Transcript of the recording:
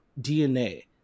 DNA